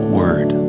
word